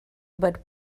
but